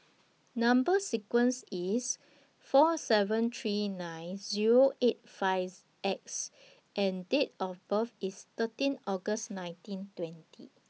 Number sequence IS four seven three nine Zero eight five X and Date of birth IS thirteen August nineteen twenty